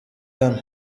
hano